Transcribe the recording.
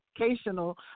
educational